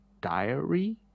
diary